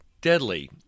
deadly